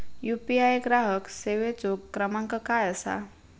UPI ग्राहक सेवेचो क्रमांक काय असा?